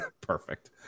Perfect